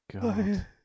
god